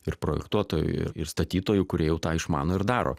ir projektuotojų ir statytojų kurie jau tą išmano ir daro